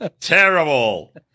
terrible